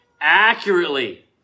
Accurately